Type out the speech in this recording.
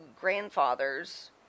grandfathers